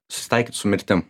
susitaikyt su mirtim